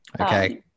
Okay